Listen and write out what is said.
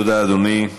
תודה, אדוני.